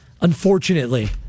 unfortunately